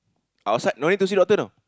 outside no need to see doctor no